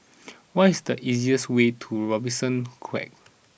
what is the easiest way to Robertson Quay